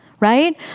right